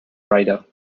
writer